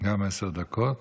גם עשר דקות.